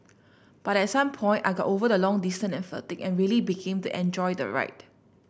but at some point I got over the long distance and fatigue and really began to enjoy the ride